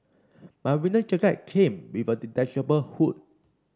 my winter jacket came with a detachable hood